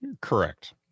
Correct